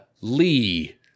Lee